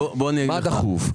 מה דחוף.